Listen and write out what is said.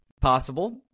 possible